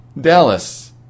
Dallas